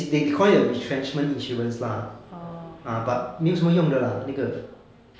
is they call it a retrenchment insurance lah but 没用什么用的那个